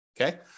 Okay